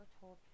told